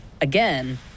Again